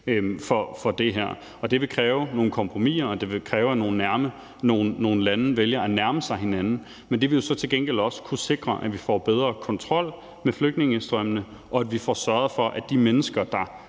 fællesskab, og det vil kræve nogle kompromiser, og det vil kræve, at nogle lande vælger at nærme sig hinanden. Men det vil jo så til gengæld også kunne sikre, at vi får bedre kontrol med flygtningestrømmene, og at vi får sørget for, at de mennesker, der